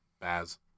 Baz